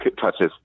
touches